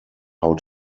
how